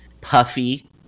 puffy